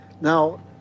Now